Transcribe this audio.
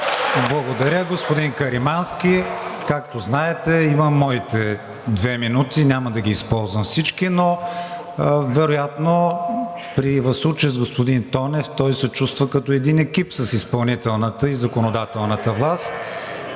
Благодаря, господин Каримански. Както знаете, имам моите две минути, няма да ги използвам всичките, но вероятно в случая с господин Тонев, той се чувства като един екип с изпълнителната и законодателната власт